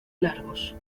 largos